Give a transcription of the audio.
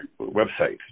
website